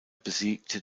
besiegte